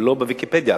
ולא ב"ויקיפדיה",